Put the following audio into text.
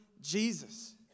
Jesus